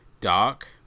dark